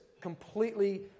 completely